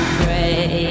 pray